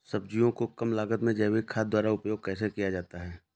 सब्जियों को कम लागत में जैविक खाद द्वारा उपयोग कैसे किया जाता है?